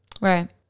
right